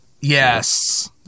Yes